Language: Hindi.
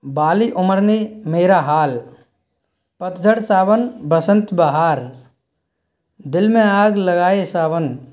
बाली उम्र में मेरा हाल पतझड़ सावन बसंत बहार दिल में आग लगाए सावन